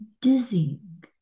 dizzying